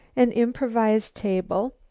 an improvised table,